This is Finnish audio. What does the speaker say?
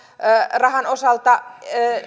osalta